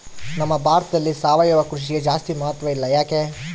ನಮ್ಮ ಭಾರತದಲ್ಲಿ ಸಾವಯವ ಕೃಷಿಗೆ ಜಾಸ್ತಿ ಮಹತ್ವ ಇಲ್ಲ ಯಾಕೆ?